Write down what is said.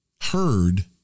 heard